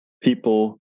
people